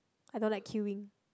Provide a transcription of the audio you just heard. I don't like queueing